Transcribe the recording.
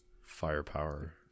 firepower